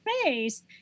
space